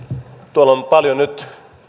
tuolla on paljon nyt